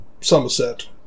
Somerset